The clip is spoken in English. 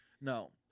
No